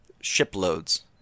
shiploads